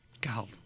God